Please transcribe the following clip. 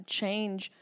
change